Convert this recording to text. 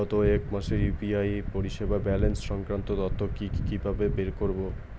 গত এক মাসের ইউ.পি.আই পরিষেবার ব্যালান্স সংক্রান্ত তথ্য কি কিভাবে বের করব?